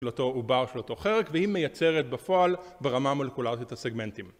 של אותו עובר, של אותו חרק, והיא מייצרת בפועל ברמה המולקולרית את הסגמנטים